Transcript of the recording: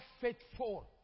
faithful